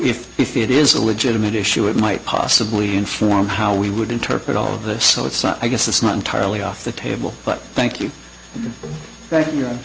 if it is a legitimate issue it might possibly inform how we would interpret all of this so it's not i guess it's not entirely off the table but thank you thank you